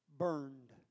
Burned